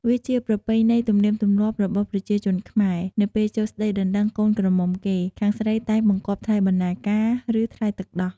វាជាប្រពៃណីទំនៀមទម្លាប់របស់ប្រជាជនខ្មែរ នៅពេលចូលស្ដីដណ្ដឹងកូនក្រមុំគេ ខាងស្រីតែងបង្គាប់ថ្លៃបណ្ណាការ ឬថ្លៃទឹកដោះ។